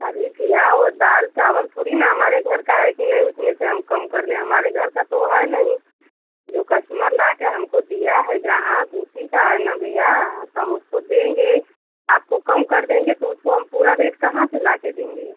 अरे भैया वो दाल चावल थोड़ी ना है हमारे घर का है कि नहीं उसमें से हम कम कर दें हमारे घर का तो वो है नहीं जो कस्टमर लाके हमको दिया है ग्राहक उसी का है ना भैया तो हम उसको देंगे आपको कम कर देंगे तो उसको हम पूरा रेट कहाँ से लाके देंगे